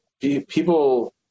people